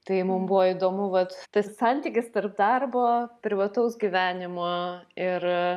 tai mum buvo įdomu vat tas santykis tarp darbo privataus gyvenimo ir